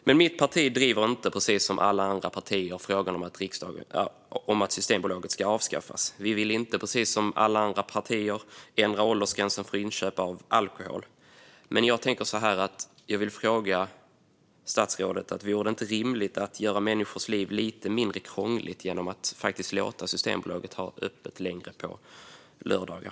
Men mitt parti, precis som alla andra partier, driver inte frågan om att Systembolaget ska avskaffas. Precis som alla andra partier vill vi inte ändra åldersgränsen för inköp av alkohol. Jag vill dock fråga statsrådet om det inte vore rimligt att göra människors liv lite mindre krångliga genom att faktiskt låta Systembolaget ha öppet längre på lördagar.